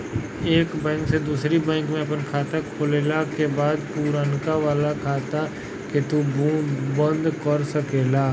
एक बैंक से दूसरी बैंक में आपन खाता खोलला के बाद पुरनका वाला खाता के तू बंद कर सकेला